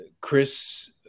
Chris